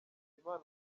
bizimana